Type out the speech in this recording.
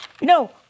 No